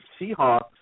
Seahawks